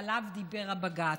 שעליו דיבר הבג"ץ,